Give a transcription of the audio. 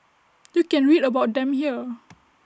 you can read about them here